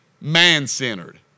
man-centered